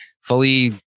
fully